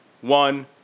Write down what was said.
one